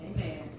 Amen